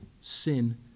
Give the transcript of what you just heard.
sin